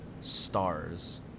stars